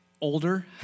older